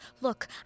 Look